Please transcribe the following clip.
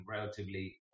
relatively